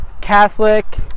Catholic